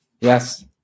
Yes